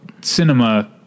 cinema